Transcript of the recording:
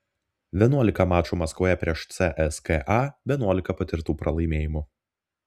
vienuolika mačų maskvoje prieš cska vienuolika patirtų pralaimėjimų